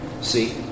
See